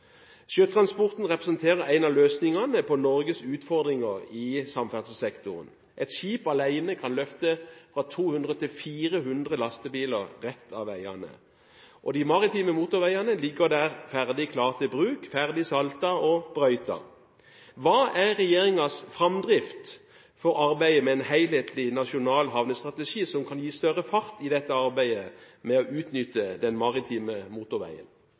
Sjøtransporten representerer en av løsningene på Norges utfordringer i samferdselssektoren. Et skip alene kan løfte fra 200 til 400 lastebiler rett av veiene. De maritime motorveiene ligger der ferdig, klar til bruk, ferdig saltet og brøytet. Hva er regjeringens framdrift for arbeidet med en helhetlig nasjonal havnestrategi som kan gi større fart i arbeidet med å utnytte den maritime motorveien?